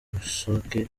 rusake